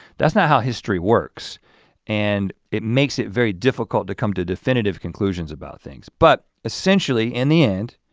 that's not how history works and it makes it very difficult to come to definitive conclusions about things. but essentially in the end,